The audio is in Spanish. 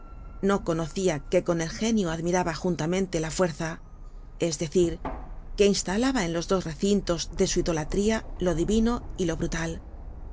no conocia que con el genio admiraba juntamente la fuerza es decir que instalaba en los dos recintos de su idolatría lo divino y lo brutal